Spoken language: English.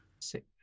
Six